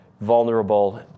vulnerable